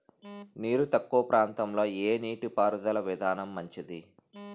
నీరు తక్కువ ప్రాంతంలో ఏ నీటిపారుదల విధానం మంచిది?